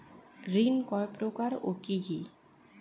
ঋণ কয় প্রকার ও কি কি?